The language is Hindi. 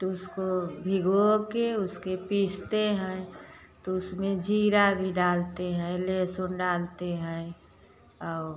तो उसको भिगो के उसके पीसते हैं तो उसमें जीरा भी डालते हैं लेहसुन डालते हैं और